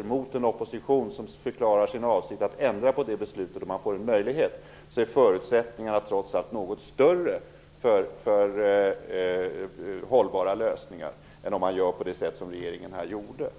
driver igenom åtgärder, mot en opposition som förklarar sin avsikt att ändra på besluten om man får en möjlighet till det, blir förutsättningarna något större för hållbara lösningar, men det var vad den förra regeringen gjorde.